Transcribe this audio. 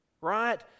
right